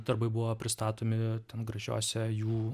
darbai buvo pristatomi ten gražiose jų